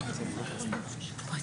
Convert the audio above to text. נמשיך.